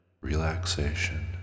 relaxation